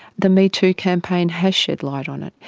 the metoo campaign has shed light on it,